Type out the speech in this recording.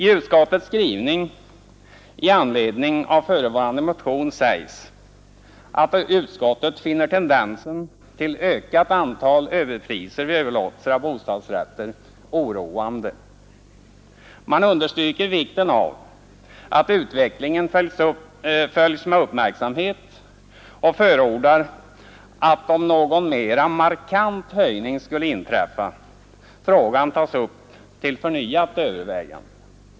I utskottets skrivning i anledning av förevarande motion sägs att utskottet finner tendensen till ökat antal överpriser vid överlåtelser av bostadsrätter oroande. Man understryker vikten av att utvecklingen följs med uppmärksamhet och förordar att om någon mera markant höjning skulle inträffa frågan tas upp till förnyat övervägande.